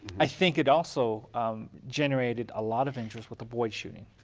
i think it also generated a lot of interest with the boyd shooting.